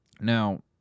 now